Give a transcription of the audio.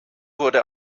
wurde